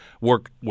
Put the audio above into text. work